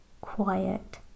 quiet